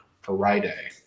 Friday